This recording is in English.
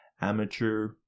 amateur